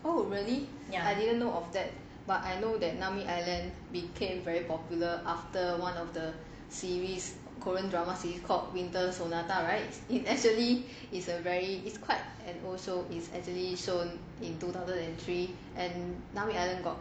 oh really ya I didn't know of that but I know that nami island became very popular after one of the series korean drama series called winter sonata right it actually is a very it's quite and also it's actually shown in two thousand and three and nami island got